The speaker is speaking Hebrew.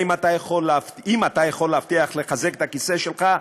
אם אתה יכול להבטיח ולחזק את הכיסא שלך,